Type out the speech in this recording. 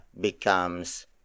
becomes